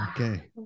Okay